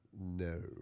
no